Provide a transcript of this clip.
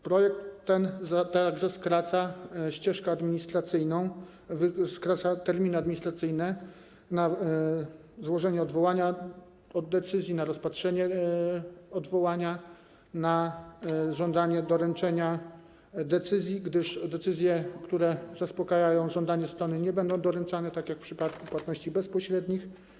Projekt ten także skraca ścieżkę administracyjną, skraca terminy administracyjne na złożenie odwołania od decyzji, rozpatrzenie odwołania, żądanie doręczenia decyzji, gdyż decyzje, które zaspokajają żądanie strony, nie będą doręczane, tak jak w przypadku płatności bezpośrednich.